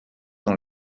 dans